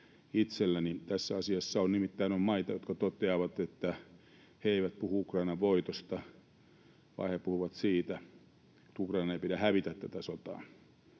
tässä asiassa on. Nimittäin on maita, jotka toteavat, että he eivät puhu Ukrainan voitosta, vaan he puhuvat siitä, että Ukrainan ei pidä hävitä tätä sotaa.